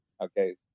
Okay